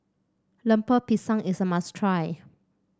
Lemper Pisang is a must try